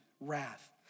wrath